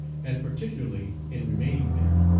and particularly in remaining there.